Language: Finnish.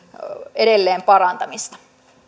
edelleen parantamista